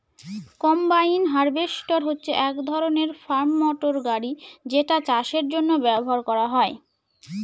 combine harvester হচ্ছে এক ধরনের ফার্ম মটর গাড়ি যেটা চাষের জন্য ব্যবহার করা হয়